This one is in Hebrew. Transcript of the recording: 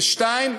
ו-2.